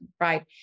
right